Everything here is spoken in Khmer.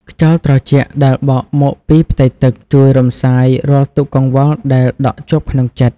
ខ្យល់ត្រជាក់ដែលបក់មកពីផ្ទៃទឹក ជួយរំសាយរាល់ទុក្ខកង្វល់ដែលដក់ជាប់ក្នុងចិត្ត។